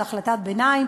זו החלטת ביניים,